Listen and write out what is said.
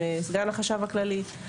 עם סגן החשב הכללי.